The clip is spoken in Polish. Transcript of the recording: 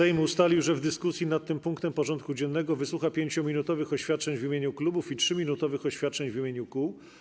Sejm ustalił, że w dyskusji nad tym punktem porządku dziennego wysłucha 5-minutowych oświadczeń w imieniu klubów i 3-minutowych oświadczeń w imieniu kół.